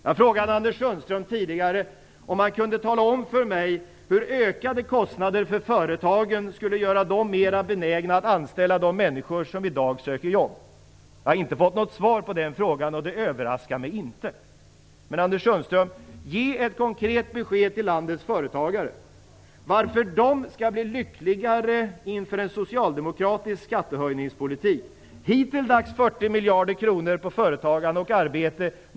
Jag frågade Anders Sundström tidigare om han kunde tala om för mig hur ökade kostnader för företagen skulle göra dem mera benägna att anställa de människor som i dag söker jobb. Jag har inte fått något svar på den frågan, och det överraskar mig inte. Ge ett konkret besked till landets företagare om varför de skall bli lyckligare inför en socialdemokratisk skattehöjningspolitik, Anders Sundström! Hittilldags har man tagit 40 miljarder kronor från företagande och arbete.